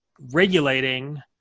regulating